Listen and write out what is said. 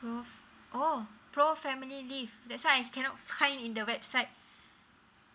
pro~ oh pro family leave that's why I cannot find in the website